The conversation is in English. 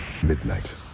Midnight